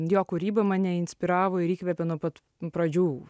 jo kūryba mane inspiravo ir įkvėpė nuo pat pradžių